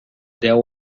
there